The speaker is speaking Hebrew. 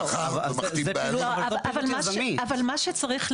אבל מה שצריך להבין,